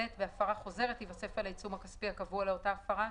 והפרה נמשכת(ב) בהפרה חוזרת ייווסף על העיצום הכספי הקבוע לאותה הפרה,